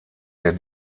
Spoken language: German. der